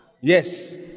Yes